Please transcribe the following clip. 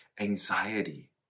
anxiety